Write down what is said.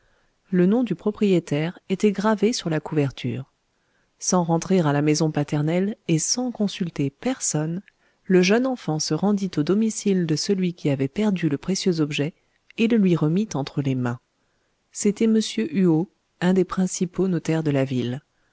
le nom du propriétaire était gravé sur la couverture sans rentrer à la maison paternelle et sans consulter personne le jeune enfant se rendit au domicile de celui qui avait perdu le précieux objet et le lui remit entre les mains c'était m huot un des principaux notaires de la ville